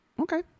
Okay